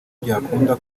byakunda